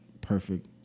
Perfect